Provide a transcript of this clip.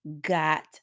got